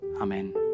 Amen